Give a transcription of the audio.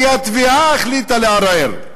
כי התביעה החליטה לערער.